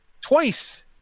Twice